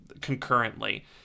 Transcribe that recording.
concurrently